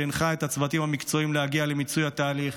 שהנחה את הצוותים המקצועיים להגיע למיצוי התהליך,